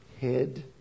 head